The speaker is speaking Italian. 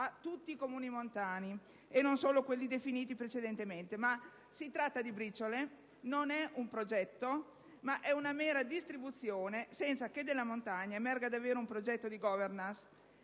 tutti i Comuni montani (e non solo a quelli definiti precedentemente). Si tratta però di briciole. Non è un progetto, ma è una mera distribuzione, senza che per la montagna emerga un vero progetto di *governance*.